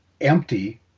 empty